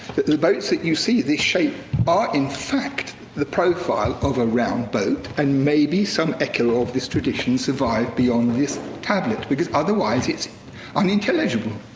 the boats that you see, this shape, are in fact the profile of a round boat. and maybe some echo of this tradition survived beyond this tablet. because otherwise, it's unintelligible.